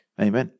Amen